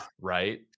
right